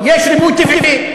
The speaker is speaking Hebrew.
יש ריבוי טבעי.